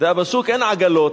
ובשוק אין עגלות.